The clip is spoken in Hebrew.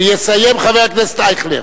ויסיים חבר הכנסת אייכלר.